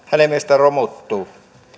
hänen mielestään romuttuvat